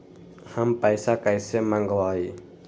हम पैसा कईसे मंगवाई?